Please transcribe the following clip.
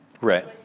Right